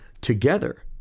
together